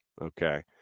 Okay